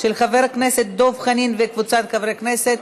נתקבלה.